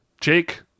jake